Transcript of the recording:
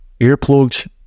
earplugs